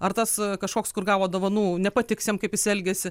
ar tas kažkoks kur gavo dovanų nepatiks jam kaip jis elgiasi